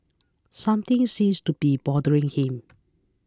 something seems to be bothering him